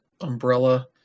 umbrella